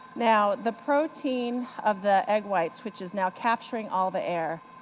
now the protein of the egg whites, which is now capturing all the air,